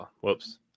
whoops